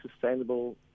sustainable